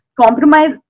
compromise